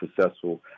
successful